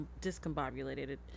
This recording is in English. discombobulated